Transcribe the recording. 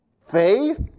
Faith